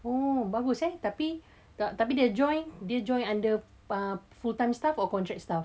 oh bagus eh tapi tapi dia join dia join under uh full time staff or contract staff